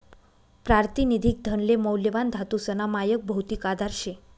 प्रातिनिधिक धनले मौल्यवान धातूसना मायक भौतिक आधार शे